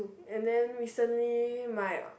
and then recently my